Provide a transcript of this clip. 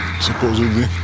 supposedly